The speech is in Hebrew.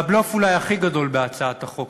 והבלוף אולי הכי גדול בהצעת החוק,